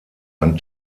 ein